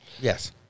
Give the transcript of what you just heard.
Yes